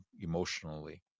emotionally